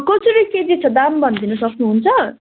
कसरी केजी छ दाम भनिदिनु सक्नुहुन्छ